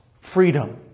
freedom